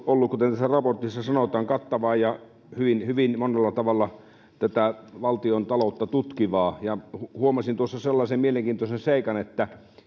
ollut kuten tässä raportissa sanotaan kattavaa ja hyvin hyvin monella tavalla valtiontaloutta tutkivaa huomasin tuossa sellaisen mielenkiintoisen seikan että